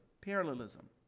parallelism